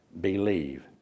believe